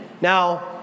Now